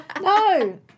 No